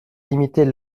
limiter